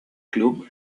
club